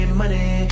money